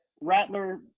Rattler